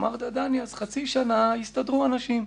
אמרת: דני, אז חצי שנה יסתדרו אנשים.